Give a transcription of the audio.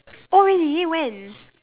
oh really when